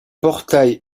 portail